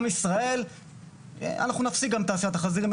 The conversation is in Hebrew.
אנחנו נפסיק את תעשיית החזירים בעתיד,